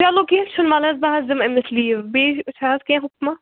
چلو کیٚنٛہہ چھُنہٕ وَلہٕ حظ بہٕ حظ دِمہٕ أمِس لیٖو بیٚیہِ چھا حظ کیٚنٛہہ حُکمَہ